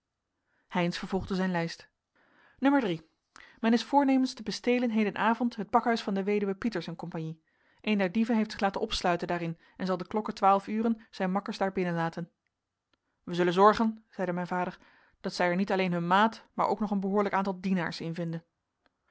heynsz vervolgde zijn lijst n men is voornemens te bestelen hedenavond het pakhuis van de wed pietersz en comp een der dieven heeft zich laten opsluiten daarin en zal de klokke uren zijn makkers daar binnenlaten wij zullen zorgen zeide mijn vader dat zij er niet alleen hun maat maar ook nog een behoorlijk aantal dienaars in vinden